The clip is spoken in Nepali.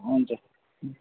हुन्छ